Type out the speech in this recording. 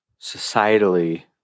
societally